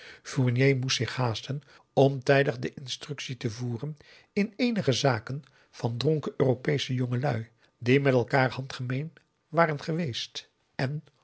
fournier moest zich haasten om tijdig de instructie te voeren in eenige zaken van dronken europeesche jongelui die met elkaar handgemeen waren geweest en